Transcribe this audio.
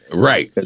right